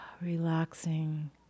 relaxing